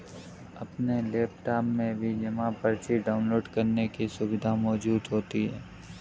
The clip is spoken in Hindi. अपने लैपटाप में भी जमा पर्ची डाउनलोड करने की सुविधा मौजूद होती है